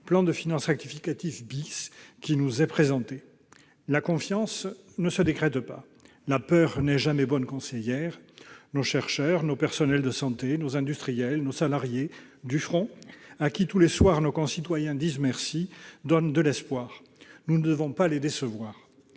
loi de finances rectificative qui nous a été présenté. La confiance ne se décrète pas. La peur n'est jamais bonne conseillère. Nos chercheurs, nos personnels de santé, nous industriels, nos salariés du front à qui tous les soirs nos concitoyens disent merci donnent de l'espoir. Nous ne devons pas les décevoir.